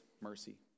mercy